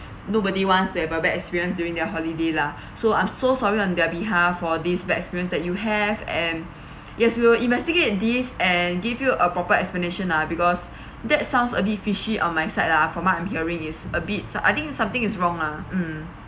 nobody wants to have a bad experience during their holiday lah so I'm so sorry on their behalf for this bad experience that you have and yes we will investigate this and give you a proper explanation ah because that sounds a bit fishy on my side lah from what I'm hearing is a bit so I think something is wrong lah mm